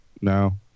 No